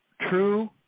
true